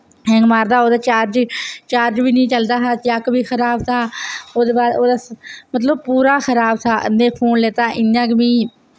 hang मारदा ओह्दा charge charge नि चलदा हा जैक बी खराब था ओह्दे बाद ओह्दा मतलब पूरा खराब था मैं फोन लैता इयां गै मिं